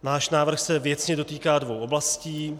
Náš návrh se věcně dotýká dvou oblastí.